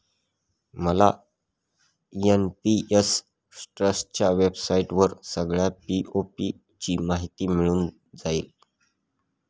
मला एन.पी.एस ट्रस्टच्या वेबसाईटवर सगळ्या पी.ओ.पी ची माहिती मिळून जाईल